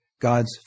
God's